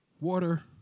Water